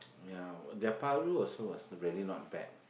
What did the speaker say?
ya their paru also was really not bad